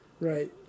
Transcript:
Right